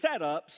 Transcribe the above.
setups